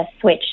Switch